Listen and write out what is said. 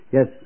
Yes